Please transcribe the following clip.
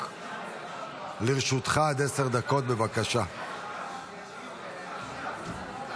חוק יום הוקרה לפצועי מערכות ישראל ופעולות